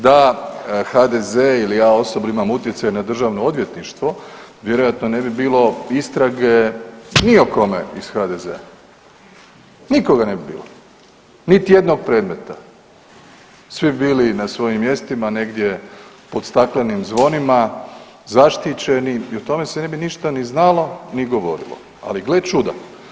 Da HDZ ili ja osobno imam utjecaj na Državno odvjetništvo vjerojatno ne bi bilo istrage ni o kome iz HDZ-a, nikoga ne bi bilo, niti jednog predmeta, svi bi bili na svojim mjestima negdje pod staklenim zvonima, zaštićeni i o tome se bi ništa ni znalo, ni govorilo, ali gle čuda.